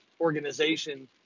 organization